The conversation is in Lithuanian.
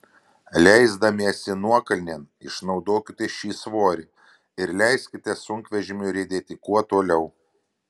leisdamiesi nuokalnėn išnaudokite šį svorį ir leiskite sunkvežimiui riedėti kuo toliau